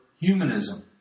humanism